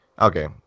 Okay